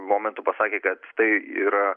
momentu pasakė kad tai yra